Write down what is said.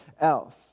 else